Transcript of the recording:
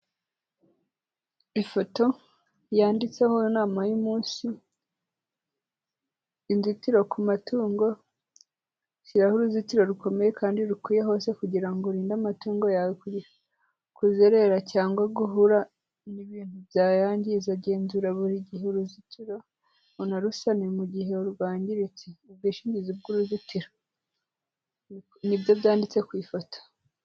Ifoto yanditseho inama y'umunsi. Inzitiro ku matungo, shyiraho uruzitiro rukomeye kandi rukwiye hose kugirango urinde amatungo yawe kuzerera cyangwa guhura n'ibintu byayangiza. Genzura buri gihe uruzitiro unarusane mu gihe rwangiritse. Ubwishingizi bw'uruzitiro, nibyo byanditse ku ifoto.